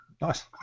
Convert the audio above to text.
nice